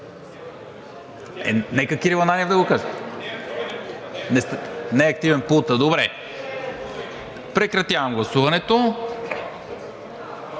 Нека Кирил Ананиев да го каже. Не е активен пултът, добре. Прекратявам гласуването.